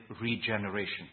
regeneration